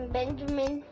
Benjamin